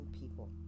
people